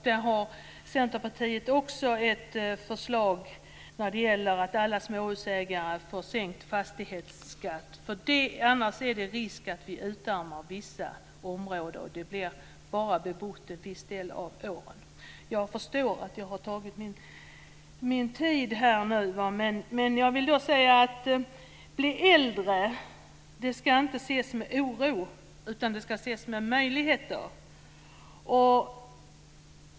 Där har Centerpartiet ett förslag som gäller att alla småhusägare får sänkt fastighetsskatt. Om det inte blir så är det risk att vi utarmar vissa områden, och de bebos bara en viss del av året. Jag förstår att jag har använt hela min talartid, men jag vill säga att man inte ska se med oro på att bli äldre utan att man ska se det som en möjlighet.